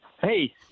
Hey